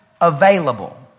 available